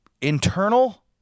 internal